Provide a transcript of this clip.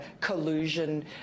collusion